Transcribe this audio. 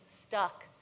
stuck